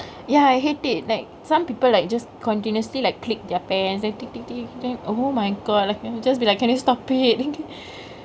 ya I hate it like some people like just continuously like click their pen then click click click click click then oh my god I'll just be like can you stop it